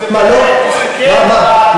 זה, באמת, מה לא?